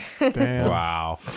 Wow